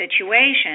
situation